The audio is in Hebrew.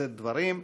לשאת דברים.